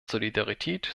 solidarität